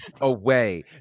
Away